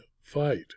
fight